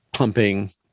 Pumping